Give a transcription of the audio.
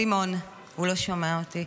סימון, הוא לא שומע אותי.